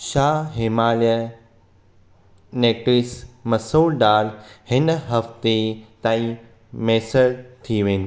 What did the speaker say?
छा हिमालय नेटिव्स मसूर दाल हिन हफ़्ते ताईं मैसर थी वेंदी